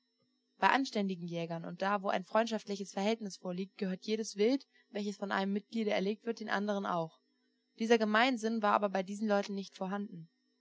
bei anständigen jägern und da wo ein freundschaftliches verhältnis vorliegt gehört jedes wild welches von einem mitgliede erlegt wird den andern auch dieser gemeinsinn war aber bei diesen leuten nicht vorhanden